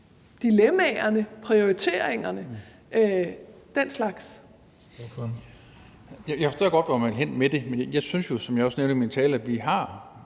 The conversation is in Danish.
17:51 Dennis Flydtkjær (DF): Jeg forstår godt, hvor man vil hen med det, men jeg synes jo, som jeg også nævnte i min tale, at vi har